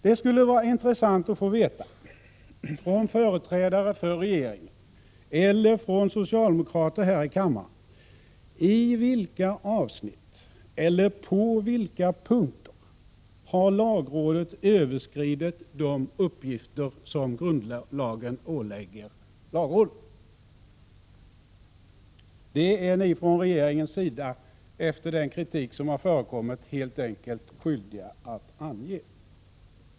Det skulle vara intressant att få veta — från företrädare för regeringen eller från andra socialdemokrater i kammaren: I vilka avsnitt eller på vilka punkter har lagrådet överskridit de uppgifter som grundlagen ålägger lagrådet? Det är ni från regeringens sida efter den kritik som har förekommit helt enkelt skyldiga att ange.